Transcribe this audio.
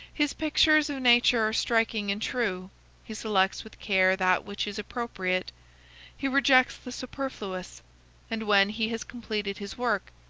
his pictures of nature are striking and true he selects with care that which is appropriate he rejects the superfluous and when he has completed his work,